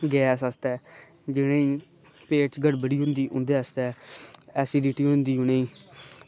ओह् गैस आस्तै जेह्ड़ी पेट च गड़बड़ी होंदी ओह्दे आस्तै एसीडीटी होंदी उनेंगी